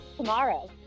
tomorrow